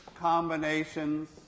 combinations